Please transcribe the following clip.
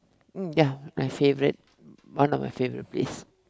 mm ya my favourite one of my favourite place